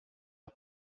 are